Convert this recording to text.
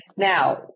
Now